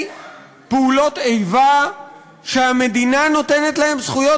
פעולות איבה שהמדינה נותנת להם זכויות,